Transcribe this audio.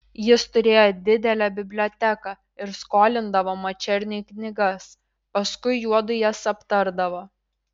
jis turėjo didelę biblioteką ir skolindavo mačerniui knygas paskui juodu jas aptardavo